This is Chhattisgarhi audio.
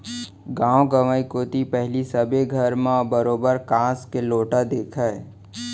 गॉंव गंवई कोती पहिली सबे घर म बरोबर कांस के लोटा दिखय